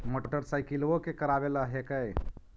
मोटरसाइकिलवो के करावे ल हेकै?